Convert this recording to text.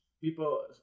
people